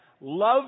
love